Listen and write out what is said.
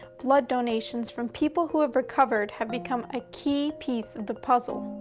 blood donations from people who have recovered have become a key piece of the puzzle.